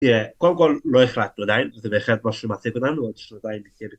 תראה, קודם כל לא החלטנו עדיין, זה בהחלט משהו שמעסיק אותנו, למרות שזה עדיין יקרה ב